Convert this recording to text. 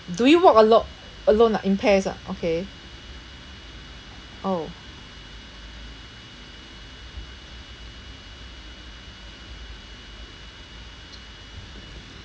do you work alone alone ah in pairs ah okay orh